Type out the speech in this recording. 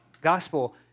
gospel